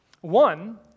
One